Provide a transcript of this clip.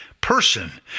person